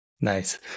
nice